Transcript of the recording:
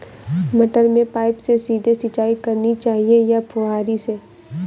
मटर में पाइप से सीधे सिंचाई करनी चाहिए या फुहरी से?